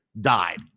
died